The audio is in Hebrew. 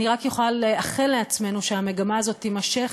אני רק יכולה לאחל לעצמנו שהמגמה הזאת תימשך,